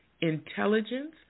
intelligence